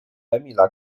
emila